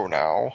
now